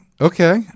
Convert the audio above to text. okay